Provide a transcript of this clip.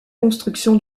construction